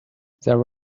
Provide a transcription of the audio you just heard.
there